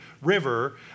River